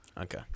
Okay